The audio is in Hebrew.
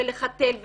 לחתל,